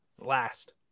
last